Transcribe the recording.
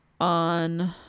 on